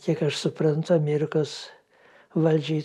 kiek aš suprantu amerikos valdžiai